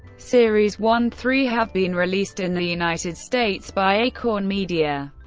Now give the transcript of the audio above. series one three have been released in the united states by acorn media.